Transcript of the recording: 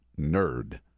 nerd